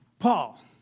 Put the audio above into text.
Paul